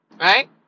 right